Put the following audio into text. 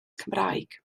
cymraeg